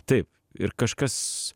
taip ir kažkas